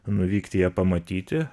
nuvykti ją pamatyti